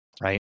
right